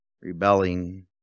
Rebelling